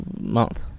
month